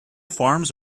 farms